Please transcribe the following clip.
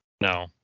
No